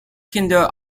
kinder